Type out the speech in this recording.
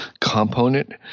component